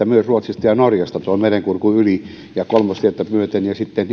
myös ruotsista ja norjasta tulee liikennettä merenkurkun yli ja kolmostietä myöten sitten